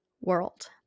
world